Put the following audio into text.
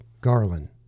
Garland